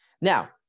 Now